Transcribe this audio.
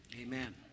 Amen